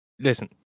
Listen